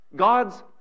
God's